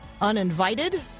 uninvited